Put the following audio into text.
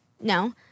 no